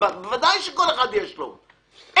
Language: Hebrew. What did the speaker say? ודאי שכל אחד יש לו אינטרס,